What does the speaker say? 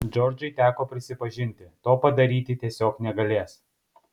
džordžai teko prisipažinti to padaryti tiesiog negalės